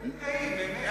על מה אתם מתגאים?